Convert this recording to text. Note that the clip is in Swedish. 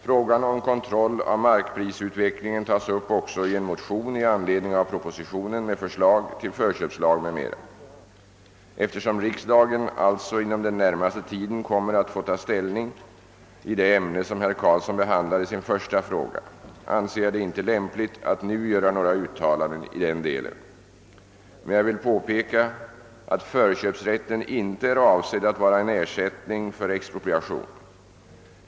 Frågan om kontroll över markprisutvecklingen tas upp också i en motion i anledning av propositionen med förslag till förköpslag m.m. Eftersom riksdagen alltså inom den närmaste tiden kommer att få ta ställning i det ämne som herr Karlsson behandlar i sin första fråga anser jag det inte lämpligt att nu göra några uttalanden i denna del. Men jag vill påpeka att förköpsrätten inte är avsedd att vara en ersättning för expropriation.